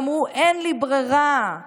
ואמרו: אין לי ברירה,